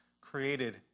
created